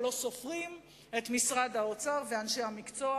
או לא סופרים את משרד האוצר ואנשי המקצוע,